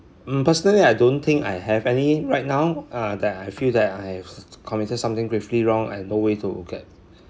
mm personally I don't think I have any right now uh that I feel that I've committed something gravely wrong and no way to get